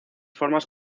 formas